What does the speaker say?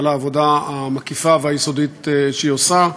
על העבודה המקיפה והיסודית שהיא עושה.